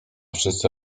wszyscy